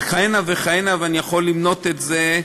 וכהנה וכהנה, ואני יכול למנות את זה,